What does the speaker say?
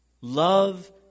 Love